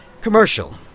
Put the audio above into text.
Commercial